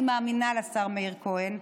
אני מאמינה לשר מאיר כהן,